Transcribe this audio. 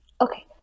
Okay